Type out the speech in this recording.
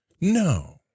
No